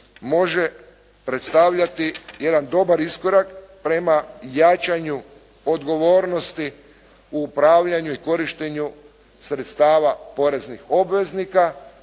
može predstavljati jedan dobar iskorak prema jačanju odgovornosti u upravljanju i korištenju sredstava poreznih obveznika,